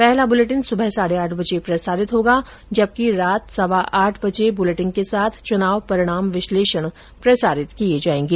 पहला बुलेटिन सुबह साढे आठ बजे प्रसारित होगा जबकि रात सवा आठ बजे बुलेटिन के साथ चुनाव परिणाम विश्लेषण प्रसारित किये जायेंगे